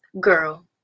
Girl